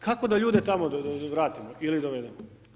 Kako da ljude tamo vratimo ili dovedemo?